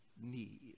need